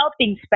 helping